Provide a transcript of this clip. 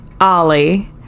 Ollie